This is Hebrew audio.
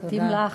מתאים לך.